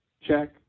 check